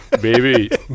baby